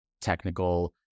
technical